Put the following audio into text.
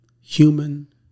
human